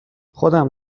خودم